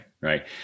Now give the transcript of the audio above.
right